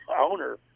owner